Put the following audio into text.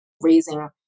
raising